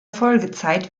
folgezeit